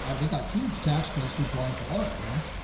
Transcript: but we got huge tax breaks with joyful oil. right?